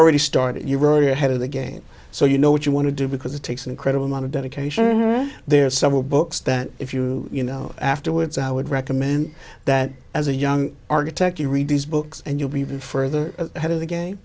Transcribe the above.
already started you're already ahead of the game so you know what you want to do because it takes an incredible amount of dedication there are several books that if you you know afterwards i would recommend that as a young architect you read these books and you'll be even further ahead of the game